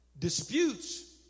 Disputes